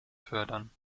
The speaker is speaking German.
fördern